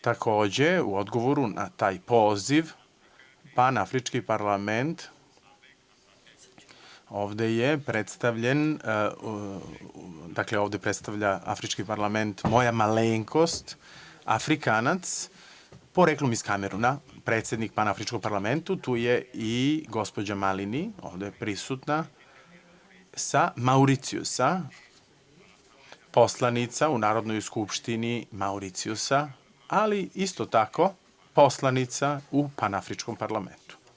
Takođe, u odgovoru na taj poziv Panafrički parlament ovde je predstavljen, dakle, ovde predstavlja afrički parlament moja malenkost, Afrikanac, poreklom iz Kamerona, predsednik Panafričkog parlamenta, a tu je i gospođa Malini, ovde prisutna sa Mauricijusa, poslanica u Narodnoj skupštini Mauricijusa, ali isto tako poslanica u Panafričkom parlamentu.